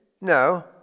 no